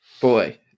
boy